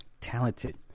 Talented